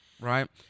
right